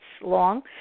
long